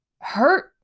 hurt